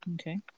Okay